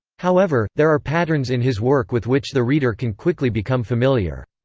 however, there are patterns in his work with which the reader can quickly become familiar.